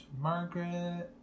Margaret